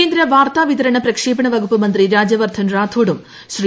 കേന്ദ്ര വാർത്താ വിതരണ പ്രക്ഷേണ വകുപ്പ് മന്ത്രി രാജ്യവർദ്ധൻ റാത്തോഡും ശ്രീ